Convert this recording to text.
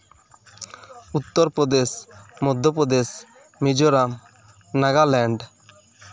Uttar Pradesh Madhya Pradesh Mizoram Nagaland